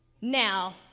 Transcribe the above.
Now